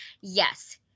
Yes